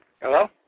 Hello